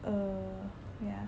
err yeah